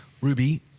Ruby